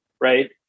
right